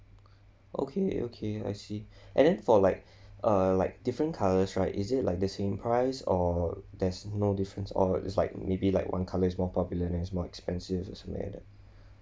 okay okay I see and then for like uh like different colours right is it like the same price or there's no difference or is like maybe like one colour is more popular then it's more expensive or something like